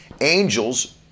angels